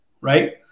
right